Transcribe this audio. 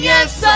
Yes